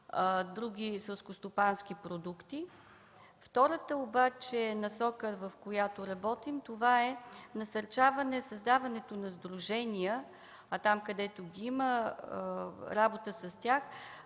други селскостопански продукти. Втората насока обаче, в която работим, това е насърчаване създаването на сдружения, а там, където ги има, работа с тях